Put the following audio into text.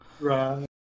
Right